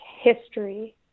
history